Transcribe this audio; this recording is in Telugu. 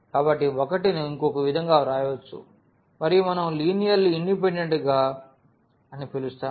కాబట్టి 1 ను ఇంకొక విధముగా వ్రాయవచ్చు మరియు మనం లినియర్లీ డిపెండెంట్ గా అని పిలుస్తాము